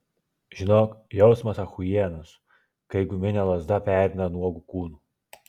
žinok jausmas achujienas kai guminė lazda pereina nuogu kūnu